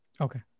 okay